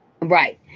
right